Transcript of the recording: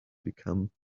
become